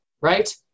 right